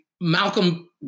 Malcolm